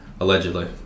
Allegedly